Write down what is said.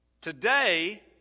Today